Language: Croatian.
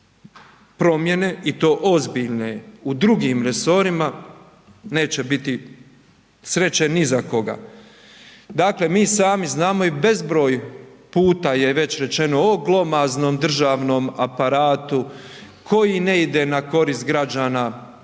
i to ozbiljne u drugim resorima neće biti sreće ni za koga. Dakle mi sami znamo i bezbroj puta je već rečeno o glomaznom državnom aparatu koji ne ide na korist građana,